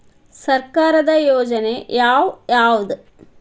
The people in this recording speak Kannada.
ಸರ್ಕಾರದ ಯೋಜನೆ ಯಾವ್ ಯಾವ್ದ್?